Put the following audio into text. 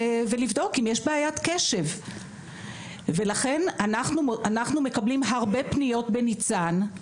ולבדוק אם יש בעיית קשב ולכן אנחנו מקבלים הרבה פניות בניצ"ן,